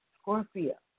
Scorpio